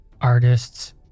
artists